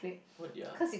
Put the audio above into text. oh dear